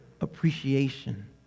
appreciation